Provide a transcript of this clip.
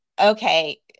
okay